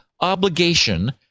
obligation